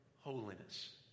Holiness